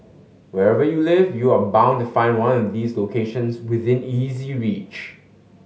wherever you live you are bound to find one of these locations within easy reach